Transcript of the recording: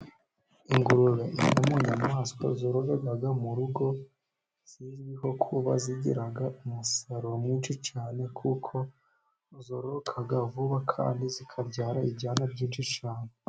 Ingurube ni imwe mu inyamaswa zororerwa mu rugo, zizwiho kuba zigira umusaruro mwinshi cyane kuko zororoka vuba kandi zikabyara ibyana nyinshi cyane.